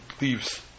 leaves